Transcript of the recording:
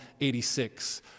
86